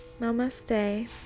namaste